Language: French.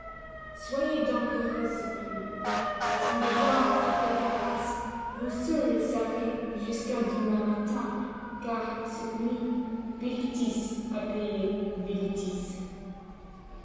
soyez donc heureux cette nuit si mes doigts enfantent des caresses vous seuls le saurez jusqu'à demain matin car cette nuit bilitis a payé